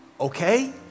Okay